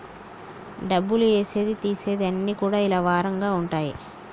డబ్బులు ఏసేది తీసేది అన్ని కూడా ఇలా వారంగా ఉంటయి